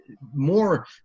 more